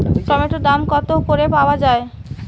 টমেটোর দাম কত করে পাওয়া যায়?